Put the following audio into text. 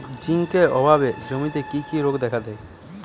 Zinc অভাবে জমিতে কি কি রোগ দেখাদেয়?